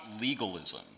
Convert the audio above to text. legalism